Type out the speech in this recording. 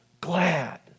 glad